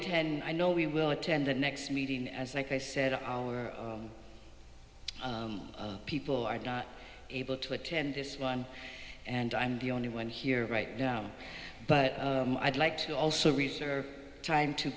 tend i know we will attend the next meeting as like i said our people are not able to attend this one and i'm the only one here right now but i'd like to also reserve time to